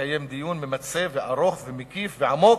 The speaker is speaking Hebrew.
לקיים דיון ממצה וארוך ומקיף ועמוק,